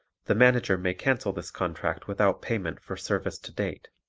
the manager may cancel this contract without payment for service to date.